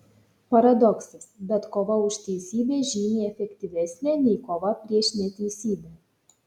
paradoksas bet kova už teisybę žymiai efektyvesnė nei kova prieš neteisybę